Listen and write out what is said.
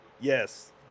Yes